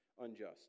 unjust